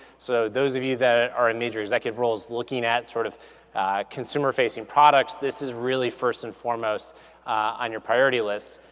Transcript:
so those of you that are in major executive roles looking at sort of consumer facing products, this is really first and foremost on your priority list.